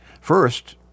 First